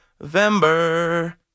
November